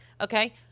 Okay